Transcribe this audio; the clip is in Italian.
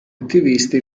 attivisti